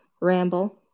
ramble